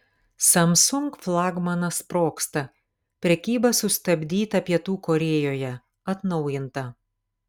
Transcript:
samsung flagmanas sprogsta prekyba sustabdyta pietų korėjoje atnaujinta